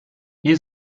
hier